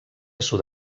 sud